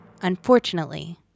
unfortunately